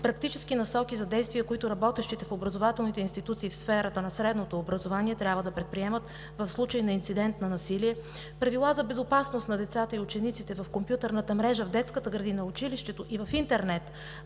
практически насоки за действие, които работещите в образователните институции в сферата на средното образование трябва да предприемат в случай на инцидент на насилие. Правила за безопасност на децата и учениците в компютърната мрежа, в детската градина, в училището и в интернет.